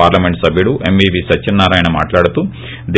parliament సభ్యుడు MVV Satyanarayana మాట్లాడుతూ